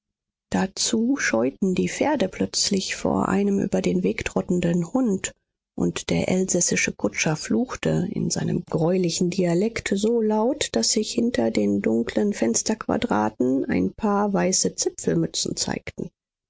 dazu scheuten die pferde plötzlich vor einem über den weg trottenden hund und der elsässische kutscher fluchte in seinem greulichen dialekt so laut daß sich hinter den dunkeln fensterquadraten ein paar weiße zipfelmützen zeigten